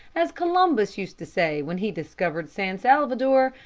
as columbus used to say when he discovered san salvador,